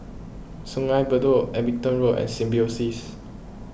Sungei Bedok Abingdon Road and Symbiosis